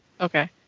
Okay